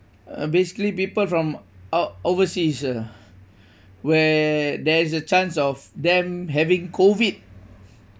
uh basically people from out overseas ah where there is a chance of them having COVID